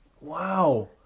Wow